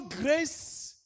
grace